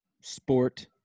sport